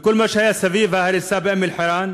וכל מה שהיה סביב ההריסה באום-אלחיראן,